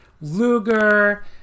Luger